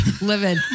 living